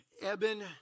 Eben